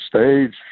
stage